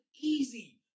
easy